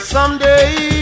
Someday